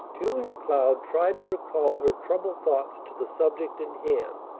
julia cloud tried to recall her troubled thoughts to the subject in hand.